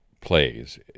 plays